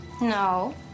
No